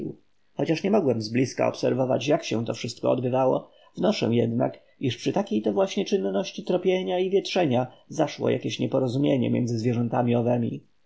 chociaż nie mogłem zblizka obserwować jak się to wszystko odbywało wnoszę jednak iż przy takiej to właśnie czynności tropienia i wietrzenia zaszło jakieś nieporozumienie między zwierzętami owymi